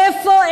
איפה,